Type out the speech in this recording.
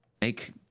make